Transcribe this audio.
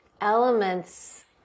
elements